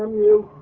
you